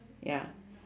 ya